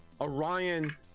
Orion